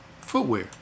footwear